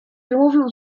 wymówił